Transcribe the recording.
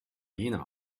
jener